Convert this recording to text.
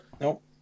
Nope